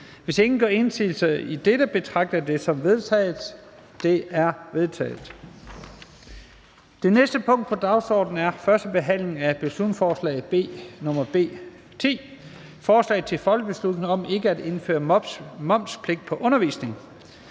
Hvis ingen gør indsigelse, betragter jeg det som vedtaget. Det er vedtaget. --- Det næste punkt på dagsordenen er: 8) 1. behandling af beslutningsforslag nr. B 10: Forslag til folketingsbeslutning om ikke at indføre momspligt på undervisning